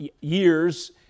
years